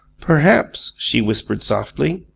perhaps, she whispered, softly,